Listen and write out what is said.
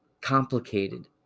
complicated